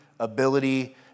ability